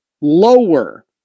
Lower